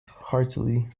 heartily